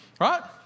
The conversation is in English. Right